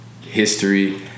history